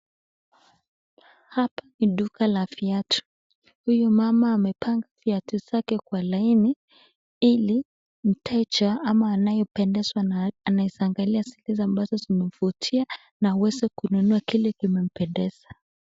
Hapa ni duka la viatu. Huyu mama amepanga viatu zake kwa laini ili mteja ama anayependezwa nayo, anaweza angalia zile ambazo zimemvutia na aweze kununua kile kimempendeza.